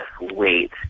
wait